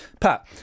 Pat